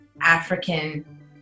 African